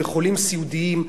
בחולים סיעודיים,